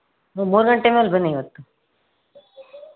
ಮೂರು ಗಂಟೆ ಮೇಲೆ ಬನ್ನಿ ಇವತ್ತು